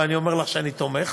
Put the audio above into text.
ואני אומר לך שאני תומך.